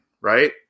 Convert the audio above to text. right